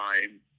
time